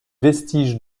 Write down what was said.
vestiges